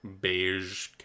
beige